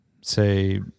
say